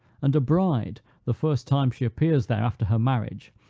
and a bride, the first time she appears there, after her marriage,